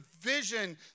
vision